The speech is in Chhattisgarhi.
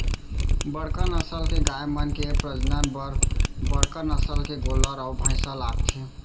बड़का नसल के गाय मन के प्रजनन बर बड़का नसल के गोल्लर अउ भईंसा लागथे